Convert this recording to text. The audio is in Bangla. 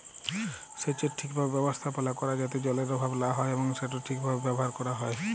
সেচের ঠিকভাবে ব্যবস্থাপালা ক্যরা যাতে জলের অভাব লা হ্যয় এবং সেট ঠিকভাবে ব্যাভার ক্যরা হ্যয়